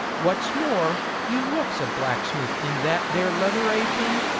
wot's more, you looks a blacksmith in that there leather apron,